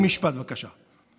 עוד משפט, בבקשה.